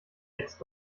jetzt